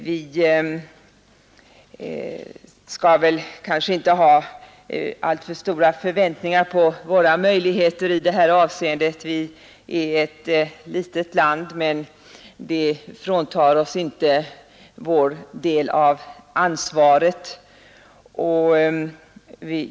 Vi skall kanske inte ha alltför stora förväntningar på våra möjligheter i det här avseendet. Vi är ett litet land, men det fråntar oss inte vår del av ansvaret.